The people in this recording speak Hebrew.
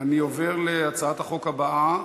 אני עובר להצעת החוק הבאה,